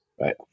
right